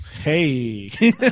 Hey